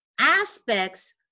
aspects